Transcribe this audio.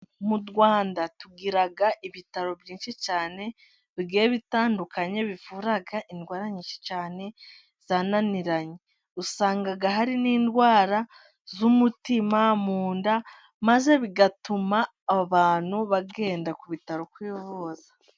Mu Rwanda tugira ibitaro byinshi cyane bigiye bitandukanye bivura indwara nyinshi cyane zananiranye, usanga hari n'indwara z'umutima mu nda maze bigatuma abantu bagenda ku bitaro kwivuza.